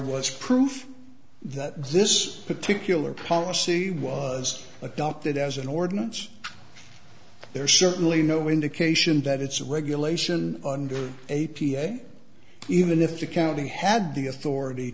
was proof that this particular policy was adopted as an ordinance there's certainly no indication that it's a regulation under a p a even if the county had the authority